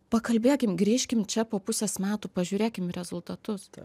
pakalbėkim grįžkim čia po pusės metų pažiūrėkim į rezultatus